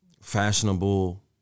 fashionable